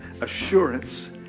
assurance